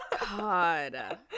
god